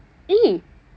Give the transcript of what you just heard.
eh